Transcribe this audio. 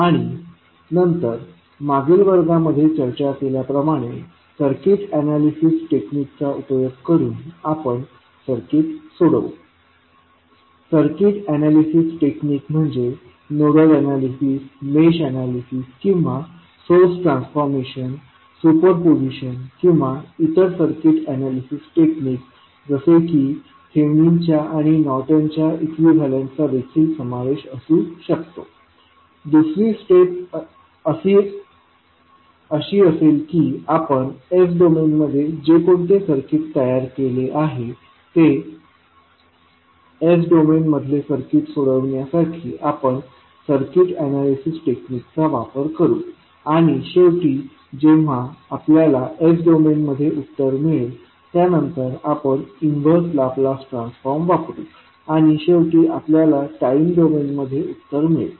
आणि नंतर मागील वर्गांमध्ये चर्चा केल्याप्रमाणे सर्किट एनालिसिस टेक्निक्स चा उपयोग करून आपण सर्किट सोडवू सर्किट एनालिसिस टेक्निक्स म्हणजे नोडल एनालिसिस मेश एनालिसिस किंवा सोर्स ट्रान्सफॉर्मेशन सुपरपोजिशन किंवा इतर सर्किट एनालिसिस टेक्निक्स जसे की थेवेनिनच्या आणि नॉर्टनच्या इक्विव्हेलन्ट चा देखील समावेश असू शकतो दुसरी स्टेप अशी असेल की आपण s डोमेनमध्ये जे कोणते सर्किट तयार केले आहे ते s डोमेन मधले सर्किट सोडविण्यासाठी आपण सर्किट एनालिसिस टेक्निक चा वापर करू आणि शेवटी जेव्हा आपल्याला s डोमेन मध्ये उत्तर मिळेल त्यानंतर आपण इन्वर्स लाप्लास ट्रान्सफॉर्म वापरू आणि शेवटी आपल्याला टाईम डोमेन मध्ये उत्तर मिळेल